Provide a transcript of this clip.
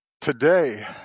Today